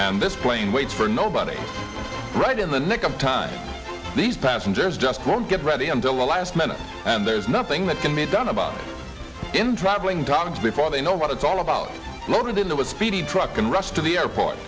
and this plane waits for nobody right in the nick of time these passengers just won't get ready until the last minute and there's nothing that can be done about in traveling togs before they know what it's all about loaded in there was speeding truck and rushed to the airport